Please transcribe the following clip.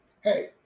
hey